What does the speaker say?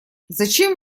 зачем